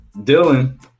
Dylan